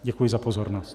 Děkuji za pozornost.